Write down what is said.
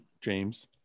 James